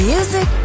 Music